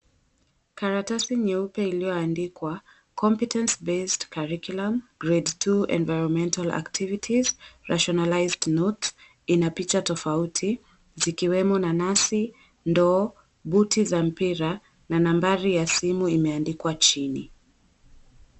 Karatasi nyeupe iliyo andikwa, Competence Based Curriculum, Grade Two, Environmental Activities, Rationalized Notes. Ina picha tofauti zikiwemo nanasi, ndoo, buti za mpira na nambari ya simu imeandikwa chini.